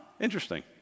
Interesting